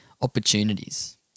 opportunities